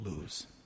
lose